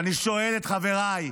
ואני שואל את חבריי: